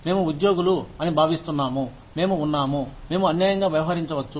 మేము ఉద్యోగులు అని భావిస్తున్నాము మేము ఉన్నాము మేము అన్యాయంగా వ్యవహరించవచ్చు